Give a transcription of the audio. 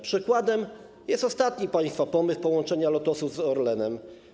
Przykładem jest ostatni państwa pomysł połączenia Lotosu z Orlenem.